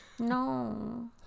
no